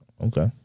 Okay